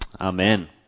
Amen